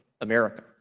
America